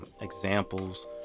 examples